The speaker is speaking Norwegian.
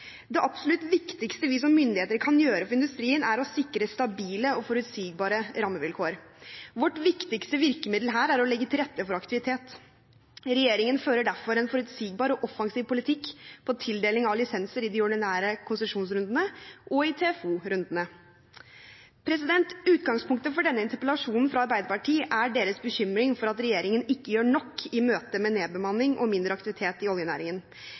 Det absolutt viktigste vi som myndigheter kan gjøre for industrien, er å sikre stabile og forutsigbare rammevilkår. Vårt viktigste virkemiddel her er å legge til rette for aktivitet. Regjeringen fører derfor en forutsigbar og offensiv politikk på tildeling av lisenser i de ordinære konsesjonsrundene og i TFO-rundene. Utgangspunktet for denne interpellasjonen fra Arbeiderpartiet er deres bekymring for at regjeringen ikke gjør nok i møte med nedbemanning og mindre aktivitet i oljenæringen.